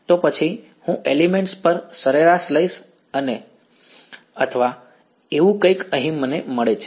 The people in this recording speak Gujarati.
તો પછી હું એલિમેન્ટ્સ પર સરેરાશ લઈશ અથવા એવું કંઈક અહીં મને મળે છે